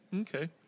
Okay